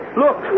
look